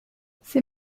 ses